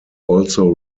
also